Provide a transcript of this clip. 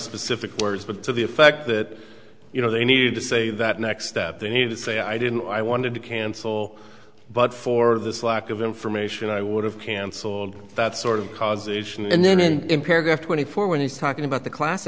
specific words but to the effect that you know they need to say that next step they need to say i didn't know i wanted to cancel but for this lack of information i would have cancelled that sort of causation and then in paragraph twenty four when he's talking about the class